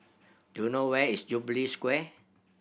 do you know where is Jubilee Square